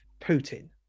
Putin